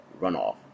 runoff